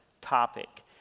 topic